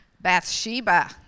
Bathsheba